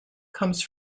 comes